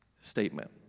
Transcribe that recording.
statement